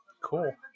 Cool